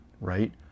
right